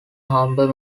humber